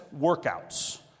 workouts